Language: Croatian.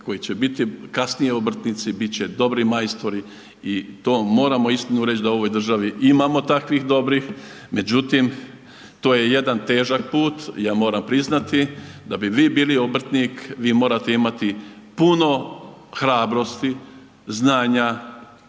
koji će biti kasnije obrtnici, bit će dobri majstori i to ramo istinu reći da u ovoj državi imamo takvih dobrih, međutim to je jedna težak put, ja moram priznati. Da bi vi bili obrtnik vi morate imati puno hrabrosti, znanja,